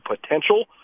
potential